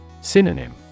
Synonym